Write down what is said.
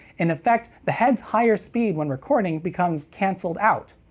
in effect the head's higher speed when recording becomes cancelled out.